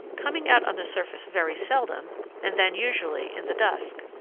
coming out on the surface very seldom and then usually in the dusk.